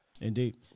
Indeed